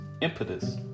impetus